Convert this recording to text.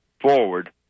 forward